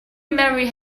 marry